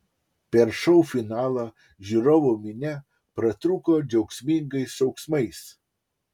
per šou finalą žiūrovų minia pratrūko džiaugsmingais šauksmais